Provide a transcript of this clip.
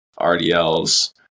RDLs